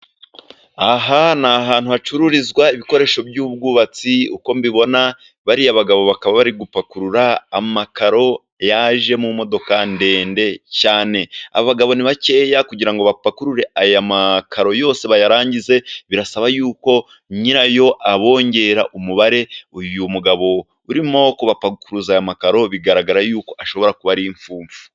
Aha ni ahantu hacururizwa ibikoresho by'ubwubatsi. Uko mbibona bariya bagabo bakaba bari gupakurura amakaro yaje mu modoka ndende cyane. Aba bagabo ni bakeya kugira ngo bapakurure aya makaro yose bayarangize. Birasaba yuko nyirayo abongera umubare. Uyu mugabo urimo kubapakuruza aya makaro bigaragara yuko ashobora kuba ari imfumfu.